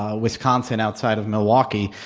ah wisconsin, outside of milwaukee,